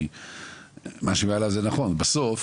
כי מה שהיא מעלה זה נכון, כי בסוף